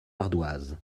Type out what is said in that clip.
ardoise